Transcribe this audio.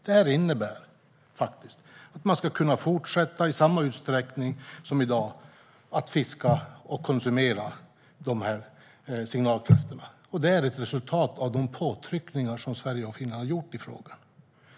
Det innebär faktiskt att man i samma utsträckning som i dag ska kunna fortsätta fiska och konsumera signalkräftor. Det är ett resultat av de påtryckningar som Sverige och Finland har gjort i frågan.